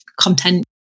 content